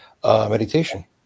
meditation